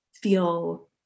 feel